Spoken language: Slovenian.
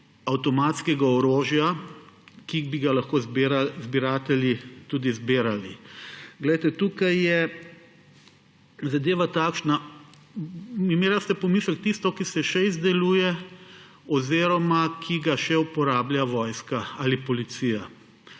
avtomatskega orožja, ki bi ga lahko zbiratelji tudi zbirali. Poglejte, tukaj je zadeva takšna, imela ste pomislek tisto, ki se še izdeluje oziroma ki ga še uporablja vojska ali policija.